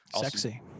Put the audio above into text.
sexy